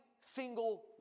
single